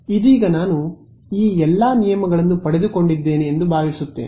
ಇದೀಗ ನಾನು ಈ ಎಲ್ಲಾ ನಿಯಮಗಳನ್ನು ಪಡೆದುಕೊಂಡಿದ್ದೇನೆ ಎಂದು ಭಾವಿಸುತ್ತೇನೆ